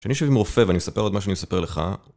כשאני יושב עם רופא ואני מספר לו את מה שאני מספר לך...